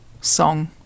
song